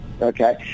okay